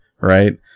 right